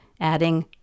adding